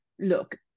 Look